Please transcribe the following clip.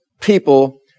people